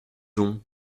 jonc